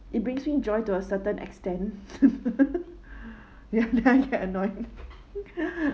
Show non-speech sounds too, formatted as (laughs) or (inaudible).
it brings me joy to a certain extent (laughs) (breath) they are and annoying (laughs)